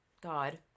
god